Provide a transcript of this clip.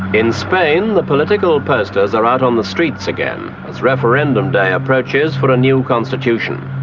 in spain the political posters are out on the streets again as referendum day approaches for a new constitution.